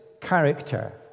character